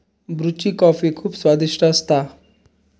ब्रुची कॉफी खुप स्वादिष्ट असता